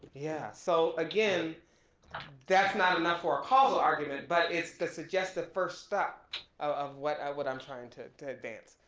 yeah, so again that's not enough for a causal argument but it's the suggested first stop of what what i'm trying to to advance.